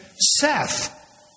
Seth